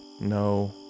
No